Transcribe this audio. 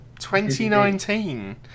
2019